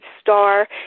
star